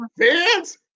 Fans